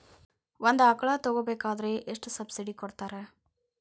ಒಂದು ಆಕಳ ತಗೋಬೇಕಾದ್ರೆ ಎಷ್ಟು ಸಬ್ಸಿಡಿ ಕೊಡ್ತಾರ್?